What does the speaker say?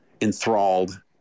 enthralled